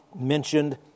mentioned